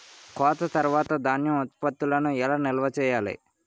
కోత తర్వాత ధాన్యం ఉత్పత్తులను ఎలా నిల్వ చేయాలి?